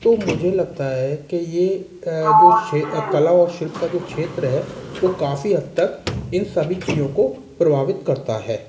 तो मुझे लगता है कि ये जो कला और शिल्प का जो क्षेत्र है वो काफ़ी हद तक इन सभी चीज़ों को प्रभावित करता है